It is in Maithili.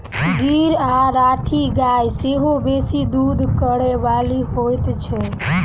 गीर आ राठी गाय सेहो बेसी दूध करय बाली होइत छै